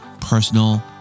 personal